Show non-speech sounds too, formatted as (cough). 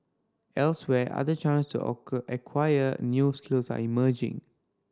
elsewhere other chances to (unintelligible) acquire news skills are emerging